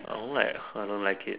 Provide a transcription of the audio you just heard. I don't like eh I don't like it